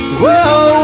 Whoa